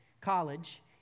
College